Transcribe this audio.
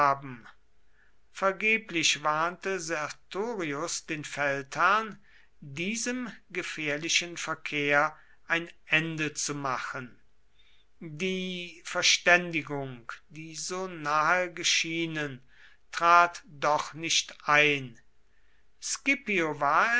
vergeblich warnte sertorius den feldherrn diesem gefährlichen verkehr ein ende zu machen die verständigung die so nahe geschienen trat doch nicht ein scipio